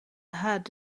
head